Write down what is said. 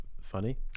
Funny